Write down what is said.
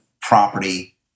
property